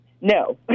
No